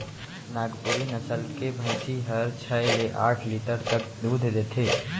नागपुरी नसल के भईंसी हर छै ले आठ लीटर तक दूद देथे